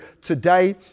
today